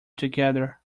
together